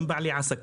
גם את בעלי העסקים,